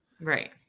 Right